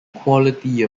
quality